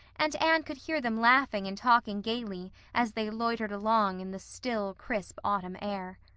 and anne could hear them laughing and talking gaily as they loitered along in the still, crisp autumn air.